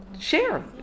share